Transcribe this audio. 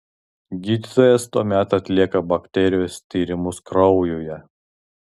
gydytojas tuomet atlieka bakterijos tyrimus kraujuje